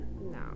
No